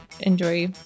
enjoy